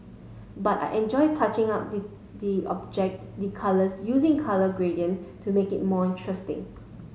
but I enjoy touching up the object the colour using colour gradient to make it more interesting